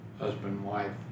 husband-wife